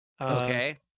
Okay